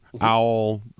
owl